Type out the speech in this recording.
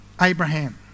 Abraham